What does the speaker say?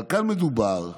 אבל כאן מדובר באנשים,